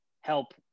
help